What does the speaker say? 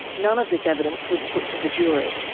none of this evidence was put to the jury.